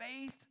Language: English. faith